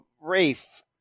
Rafe